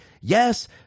Yes